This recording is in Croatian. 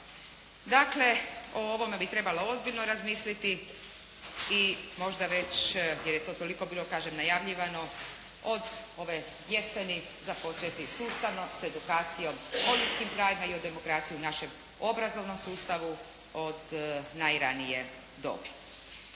Dakle, o ovome bi trebalo ozbiljno razmisliti i možda već jer je to toliko kažem bilo najavljivano od ove jeseni započeti sustavno s edukacijom o ljudskim pravima i o demokraciji u našem obrazovnom sustavu od najranije dobi.